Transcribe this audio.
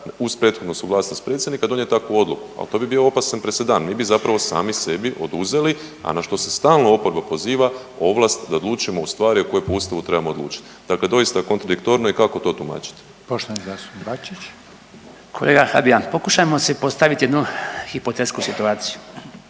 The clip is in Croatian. uz prethodnu suglasnost predsjednika donijeti takvu odluku, ali to bi bio opasan presedan, mi bi zapravo sami sebi oduzeli, a na što se stalno oporba poziva, ovlast da odlučujemo u stvari o kojoj po Ustavu trebamo odlučiti. Dakle doista je kontradiktorno i kako to tumačite? **Reiner, Željko (HDZ)** Poštovani zastupnik Bačić. **Bačić, Branko (HDZ)** Kolega Habijan, pokušajmo si postaviti jedno hipotetsku situaciju,